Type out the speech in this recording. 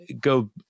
go